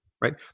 right